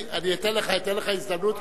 והסכמנו.